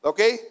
Okay